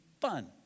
fun